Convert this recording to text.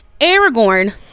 Aragorn